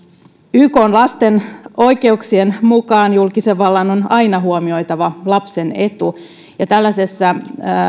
ykn lasten oikeuksien sopimuksen mukaan julkisen vallan on aina huomioitava lapsen etu tällainen